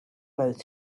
both